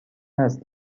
است